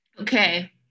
okay